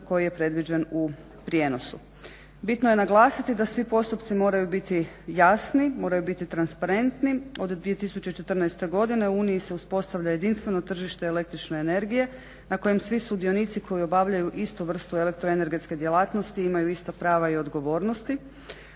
koji je predviđen u prijenosu. Bitno je naglasiti da svi postupci moraju biti jasni, moraju biti transparentni. Od 2014. godine u Uniji se uspostavlja jedinstveno tržište električne energije na kojem svi sudionici koji obavljaju istu vrstu elektroenergetske djelatnosti imaju ista prava i odgovornosti,